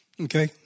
Okay